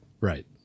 Right